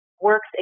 works